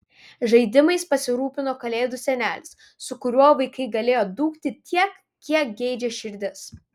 žaidimais pasirūpino kalėdų senelis su kuriuo vaikai galėjo dūkti tiek kiek geidžia širdis